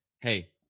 hey